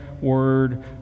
word